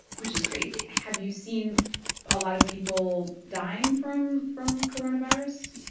which is crazy have you seen a lot of people dying from from coronavirus?